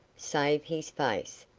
save his face,